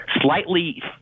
slightly